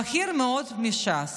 "בכיר מאוד מש"ס"